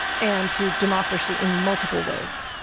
and to democracy in multiple ways.